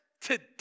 today